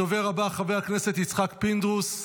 הדובר הבא, חבר הכנסת יצחק פינדרוס,